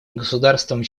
государствам